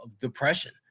depression